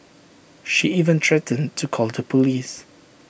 she even threatened to call the Police